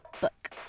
book